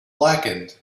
blackened